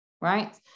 right